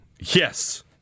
yes